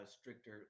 stricter